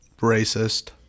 racist